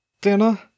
Dinner